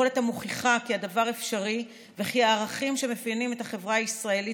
יכולת המוכיחה כי הדבר אפשרי וכי הערכים שמאפיינים את החברה הישראלית,